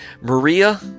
Maria